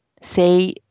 Say